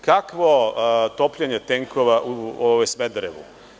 Kakvo topljenje tenkova u Smederevu?